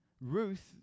Ruth